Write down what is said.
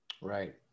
Right